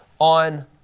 on